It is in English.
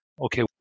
okay